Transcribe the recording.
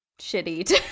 shitty